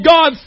God